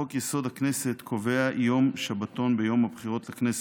חוק-יסוד: הכנסת קובע יום שבתון ביום הבחירות לכנסת.